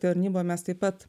tarnyboj mes taip pat